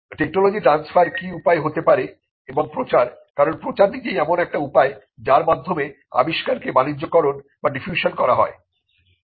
technology transfer কি উপায়ে হতে পারে এবং প্রচার কারণ প্রচার নিজেই এমন একটি উপায় যার মাধ্যমে আবিষ্কারকে বাণিজ্যকরণ বা ডিফিউশন করা যায়